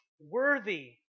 worthy